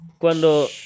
Cuando